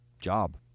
job